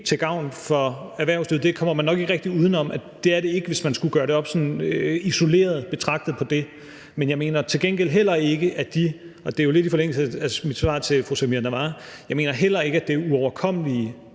til gavn for erhvervslivet. Man kommer nok ikke rigtig uden om, at det er det ikke, hvis man skulle gøre det op isoleret betragtet i forhold til det, men jeg mener til gengæld heller ikke, og det er lidt i forlængelse af mit svar til fru Samira Nawa, at det er uoverkommelige